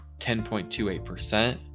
10.28%